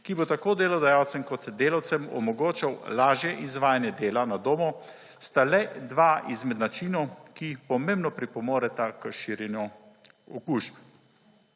ki bo tako delodajalcem kot delavcem omogoča lažje izvajanje dela na domu sta le dva izmed načinov, ki pomembno pripomoreta k širjenju okužb.